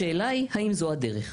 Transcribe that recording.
השאלה היא האם זו הדרך?